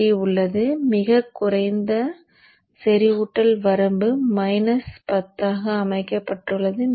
Lsat உள்ளது மிகக் குறைந்த செறிவூட்டல் வரம்பு மைனஸ் 10 ஆக அமைக்கப்பட்டுள்ளது